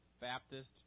Baptist